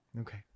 Okay